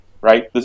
right